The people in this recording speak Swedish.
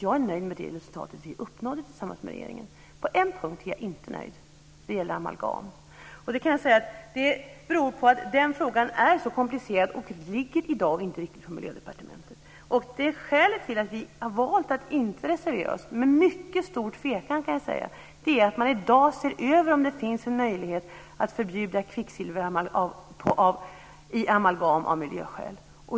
Jag är nöjd med det resultat som vi har uppnått tillsammans med regeringen. På en punkt är jag inte nöjd, och det gäller amalgam. Det beror på att den frågan är så komplicerad. Den ligger i dag inte riktigt på Miljödepartementet. Skälet till att vi har valt att inte reservera oss, med mycket stor tvekan kan jag säga, är att man i dag ser över om det finns en möjlighet att förbjuda kvicksilver i amalgam av miljöskäl.